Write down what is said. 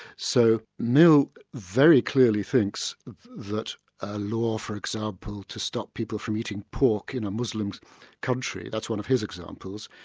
so mill very clearly thinks that a law for example, to stop people from eating pork in a muslim country, that's one of his examples,